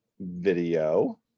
video